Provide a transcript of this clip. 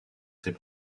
ses